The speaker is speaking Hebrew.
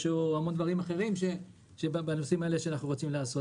יש המון דברים אחרים בנושאים האלה שאנחנו רוצים לעשות.